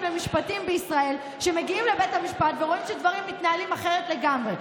למשפטים בישראל שמגיעים לבית המשפט ורואים שדברים מתנהלים אחרת לגמרי.